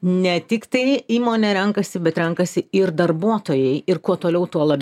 ne tik tai įmonė renkasi bet renkasi ir darbuotojai ir kuo toliau tuo labiau